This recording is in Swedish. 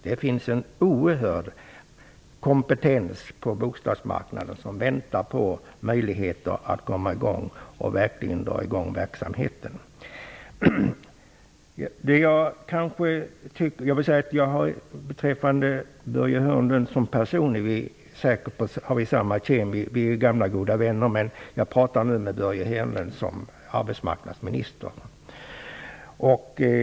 Det finns en oerhörd kompetens på bostadsmarknaden. Den väntar på möjligheter att dra i gång verksamheten. Börje Hörnlund och jag är ju gamla goda vänner. Men jag pratar nu med Börje Hörnlund som arbetsmarknadsminister.